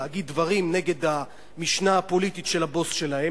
להגיד דברים נגד המשנה הפוליטית של הבוס שלהם,